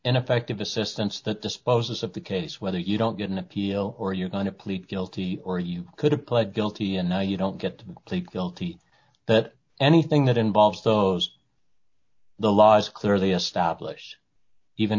ineffective assistance that disposes of the case whether you don't get an appeal or you're going to plead guilty or you could have pled guilty and now you don't get to plead guilty but anything that involves those the laws clearly established even